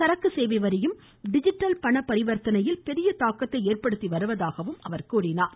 சரக்கு சேவை வரியும் டிஜிட்டல் பண பரிவர்த்தனையில் பெரிய தாக்கத்தை ஏற்படுத்தி வருவதாக எடுத்துரைத்தார்